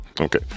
Okay